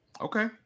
Okay